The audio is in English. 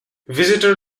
visitor